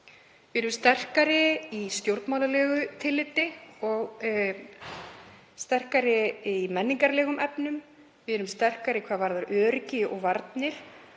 Við erum sterkari í stjórnmálalegu tilliti og sterkari í menningarlegum efnum. Við erum sterkari hvað varðar öryggi og varnir